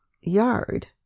yard